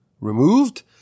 removed